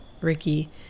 Ricky